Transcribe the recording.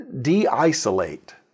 de-isolate